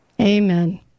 Amen